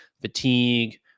fatigue